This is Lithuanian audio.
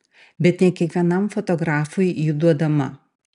bet ne kiekvienam fotografui ji duodama